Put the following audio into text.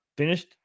Finished